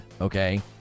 okay